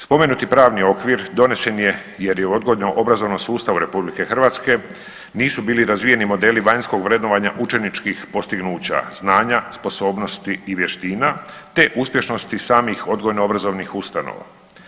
Spomenuti pravni okvir donesen je jer je u odgojno-obrazovnom sustavu RH nisu bili razvijeni modeli vanjskog vrednovanja učeničkih postignuća, znanja, sposobnosti i vještina te uspješnosti samih odgojno obrazovnih ustanova.